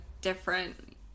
different